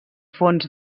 fons